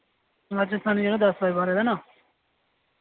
राजेस्थानी जेह्ड़ा दस बाय बारां दा ना